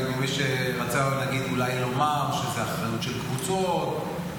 ממי שרצה אולי לומר שזו אחריות של קבוצות,